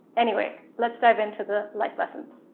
anyway let's dive into the life lessons.